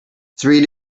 three